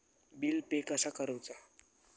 Bill pay कसा करुचा?